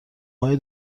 های